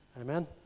amen